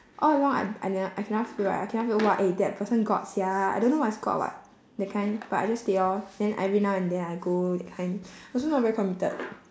all along I I never I cannot feel right I cannot feel !wah! eh that person god sia I don't know what is god [what] that kind but I just stayed lor then every now and then I go that kind also not very committed